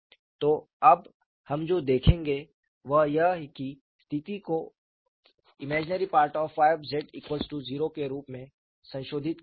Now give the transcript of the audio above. तो अब हम जो देखेंगे वह यह है कि स्थिति को Im Yz0 के रूप में संशोधित किया गया है